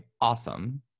awesome